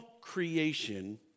creation